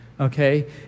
Okay